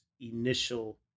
initial